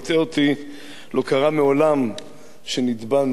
לא קרה מעולם שנתבענו על לשון הרע,